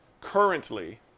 currently